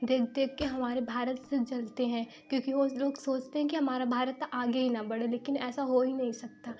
देख देख कर हमारे भारते से जलते हैं क्योंकि वो लोग सोचते हैं कि हमारा भारत आगे ही न बढ़े लेकिन ऐसा हो ही नहीं सकता